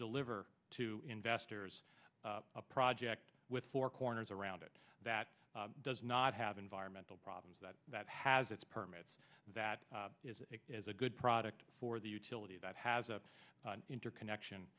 deliver to investors a project with four corners around it that does not have environmental problems that that has its permits that is it is a good product for the utility that has a interconnection